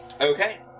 Okay